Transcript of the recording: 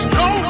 no